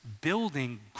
building